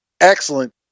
excellent